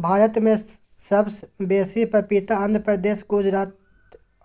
भारत मे सबसँ बेसी पपीता आंध्र प्रदेश, गुजरात